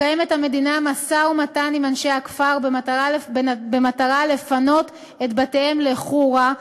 מקיימת המדינה משא-ומתן עם אנשי הכפר במטרה לפנות את בתיהם לחורה,